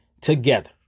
together